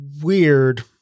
weird